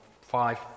five